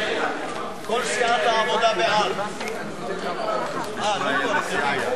ההצעה להסיר מסדר-היום את הצעת חוק ההגירה לישראל,